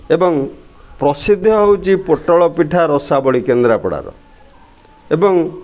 ଏବଂ ପ୍ରସିଦ୍ଧ ହେଉଛି ପୋଟଳ ପିଠା ରସାବଳି କେନ୍ଦ୍ରାପଡ଼ାର ଏବଂ